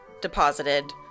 deposited